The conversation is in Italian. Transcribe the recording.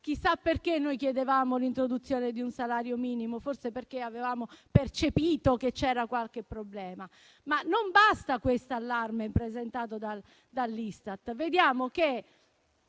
Chissà perché noi chiedevamo l'introduzione di un salario minimo; forse perché avevamo percepito che c'era qualche problema. Non basta l'allarme presentato dall'Istat: vediamo che